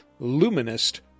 Luminist